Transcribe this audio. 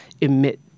emit